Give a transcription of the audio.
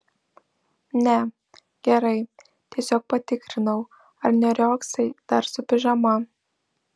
ne gerai tiesiog patikrinau ar neriogsai dar su pižama